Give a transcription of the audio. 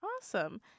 Awesome